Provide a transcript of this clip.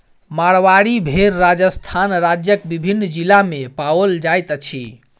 मारवाड़ी भेड़ राजस्थान राज्यक विभिन्न जिला मे पाओल जाइत अछि